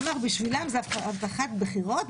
הוא אמר שבשבילם זו הבטחת בחירות,